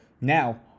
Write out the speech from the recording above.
Now